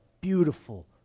beautiful